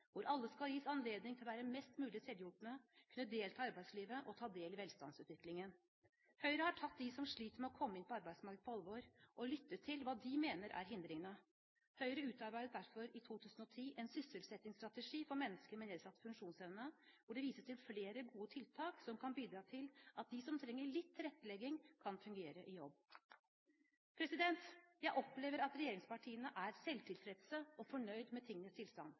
hvor alle skal gis anledning til å være mest mulig selvhjulpne, kunne delta i arbeidslivet og ta del i velstandsutviklingen. Høyre har tatt dem som sliter med å komme inn på arbeidsmarkedet, på alvor og lyttet til hva de mener er hindringene. Høyre utarbeidet derfor i 2010 en sysselsettingsstrategi for mennesker med nedsatt funksjonsevne, hvor det vises til flere gode tiltak som kan bidra til at de som trenger litt tilrettelegging, kan fungere i jobb. Jeg opplever at regjeringspartiene er selvtilfredse og fornøyd med tingenes tilstand.